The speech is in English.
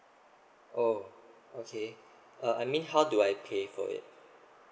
oh okay uh I mean how do I pay for it